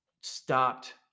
stopped